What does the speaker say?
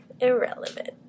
Irrelevant